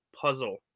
puzzle